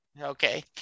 Okay